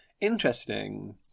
Interesting